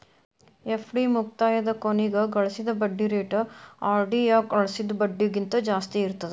FD ಮುಕ್ತಾಯದ ಕೊನಿಗ್ ಗಳಿಸಿದ್ ಬಡ್ಡಿ ರೇಟ ಆರ್.ಡಿ ಯಾಗ ಗಳಿಸಿದ್ ಬಡ್ಡಿಗಿಂತ ಜಾಸ್ತಿ ಇರ್ತದಾ